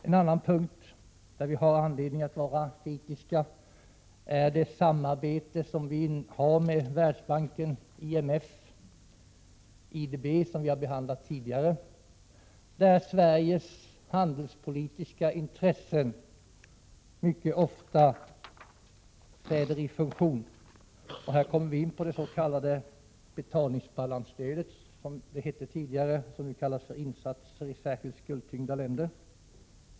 En annan punkt där vi har anledning att vara kritiska är det samarbete som vi har med Världsbanken, IMF och IDB och som har behandlats tidigare. I detta sammanhang träder Sveriges handelspolitiska intressen mycket ofta i funktion. Här kommer vi in på betalningsbalansstödet, som det hette tidigare — det kallas nu insatser i särskilt skuldtyngda länder.